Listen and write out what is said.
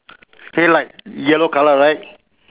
headlight yellow colour right